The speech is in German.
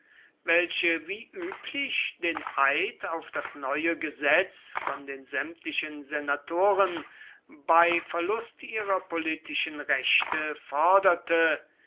welche wie üblich den eid auf das neue gesetz von den sämtlichen senatoren bei verlust ihrer politischen rechte forderte